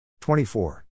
24